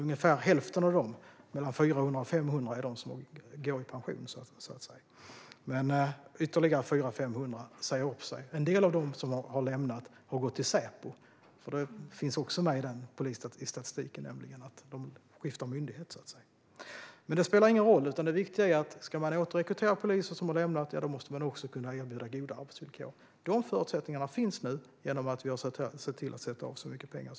Ungefär hälften av dem, mellan 400 och 500, har gått i pension. Men ytterligare 400-500 har sagt upp sig. En del av de som har lämnat har gått till Säpo. De byter så att säga myndighet. Men det spelar ingen roll. Det viktiga är att man måste kunna erbjuda goda arbetsvillkor om man ska återrekrytera poliser som har lämnat yrket. De förutsättningarna finns nu, genom att vi har sett till att sätta av så mycket pengar.